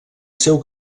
seu